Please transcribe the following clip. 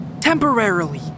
Temporarily